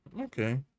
okay